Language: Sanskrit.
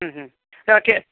के